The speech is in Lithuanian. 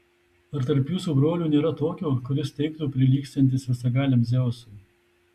ar tarp jūsų brolių nėra tokio kuris teigtų prilygstantis visagaliam dzeusui